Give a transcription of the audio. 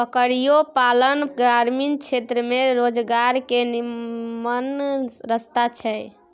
बकरियो पालन ग्रामीण क्षेत्र में रोजगार के निम्मन रस्ता छइ